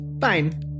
Fine